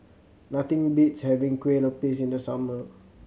nothing beats having Kueh Lopes in the summer